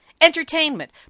Entertainment